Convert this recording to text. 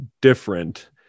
different